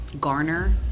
garner